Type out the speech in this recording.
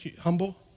humble